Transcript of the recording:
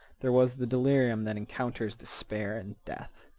there was the delirium that encounters despair and death,